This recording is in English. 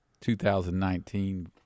2019